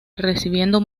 recibiendo